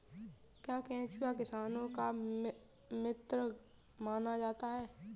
क्या केंचुआ किसानों का मित्र माना जाता है?